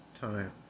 time